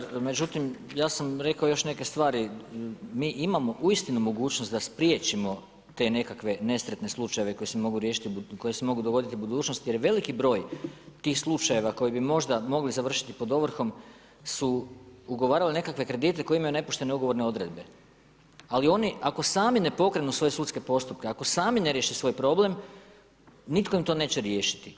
Da kolega Žagar, međutim ja sam rekao još neke stvari, mi imamo uistinu mogućnost da spriječimo te nekakve nesretne slučajeve koji se mogu dogoditi u budućnosti jer je veliki broj tih slučajeva koji bi možda mogli završiti pod ovrhom su ugovarali nekakve kredite koji imaju nepoštene ugovorene odredbe ali oni ako sami ne pokrenu svoje sudske postupke, ako sami ne riješe svoj problem, nitko im to neće riješiti.